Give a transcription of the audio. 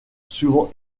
souvent